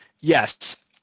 Yes